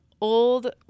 old